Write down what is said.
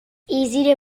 easy